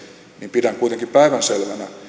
pidän kuitenkin päivänselvänä